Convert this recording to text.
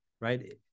right